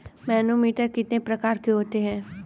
Manometer कितने प्रकार के होते हैं?